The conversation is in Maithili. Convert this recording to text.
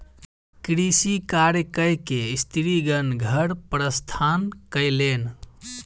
कृषि कार्य कय के स्त्रीगण घर प्रस्थान कयलैन